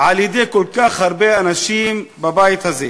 על כל כך הרבה אנשים בבית הזה.